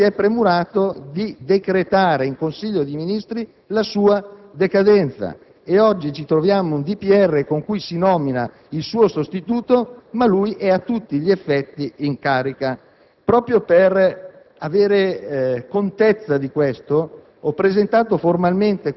avesse con gioia accettato l'incarico alla Corte dei conti, nessuno si è premurato di decretare in Consiglio dei Ministri la sua decadenza. Oggi ci troviamo un decreto del Presidente della Repubblica con cui si nomina un suo sostituto, ma lui è a tutti gli effetti in carica.